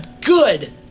good